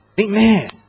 Amen